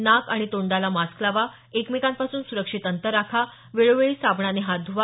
नाक आणि तोंडाला मास्क लावा एकमेकांपासून सुरक्षित अंतर राखा वेळोवेळी साबणाने हात धुवा